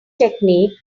technique